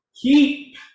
keep